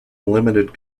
limited